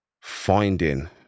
finding